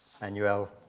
Manuel